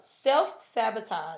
self-sabotage